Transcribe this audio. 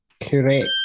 Correct